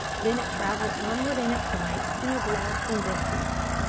then it travelled onward in its might, and was lost in distance.